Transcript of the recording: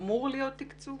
אמור להיות תקצוב?